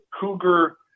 Cougar